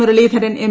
Muraleedharan M